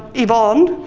yvonne.